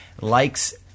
likes